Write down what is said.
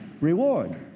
Reward